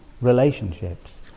relationships